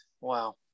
Wow